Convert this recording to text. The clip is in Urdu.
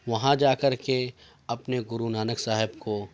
وہاں جا کر کے اپنے گرو نانک صاحب کو